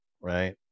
right